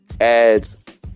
ads